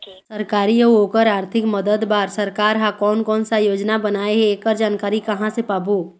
सरकारी अउ ओकर आरथिक मदद बार सरकार हा कोन कौन सा योजना बनाए हे ऐकर जानकारी कहां से पाबो?